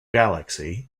galaxy